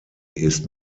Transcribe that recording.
ist